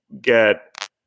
get